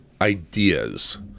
ideas